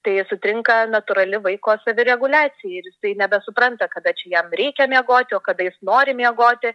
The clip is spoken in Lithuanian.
tai sutrinka natūrali vaiko savireguliacija ir jisai nebesupranta kada jam reikia miegoti o kada jis nori miegoti